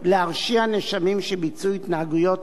התנהגויות אלה בעבירה של מעשה מגונה.